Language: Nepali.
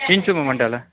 चिन्छु म मण्डला